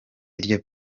iryo